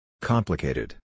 Complicated